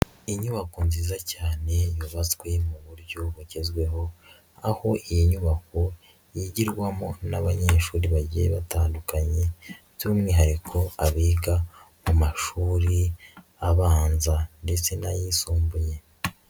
Inyubako nziza cyane yubatswe mu buryo bugezweho, aho iyi nyubako yigirwamo n'abanyeshuri bagiye batandukanye by'umwihariko abiga mu mashuri abanza ndetse n'ayisumbuye.